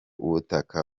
ubutaka